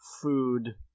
food